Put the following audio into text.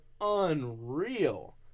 unreal